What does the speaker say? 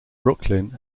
brooklyn